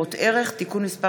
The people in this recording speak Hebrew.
ניירות ערך (תיקון מס'